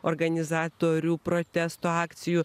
organizatorių protesto akcijų